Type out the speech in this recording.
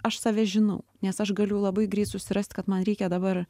aš aš save žinau nes aš galiu labai greit susirast kad man reikia dabar